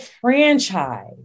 franchise